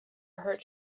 her